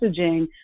messaging